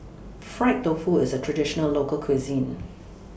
Fried Tofu IS A Traditional Local Cuisine